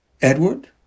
Edward